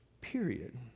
Period